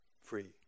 free